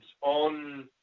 on